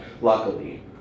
luckily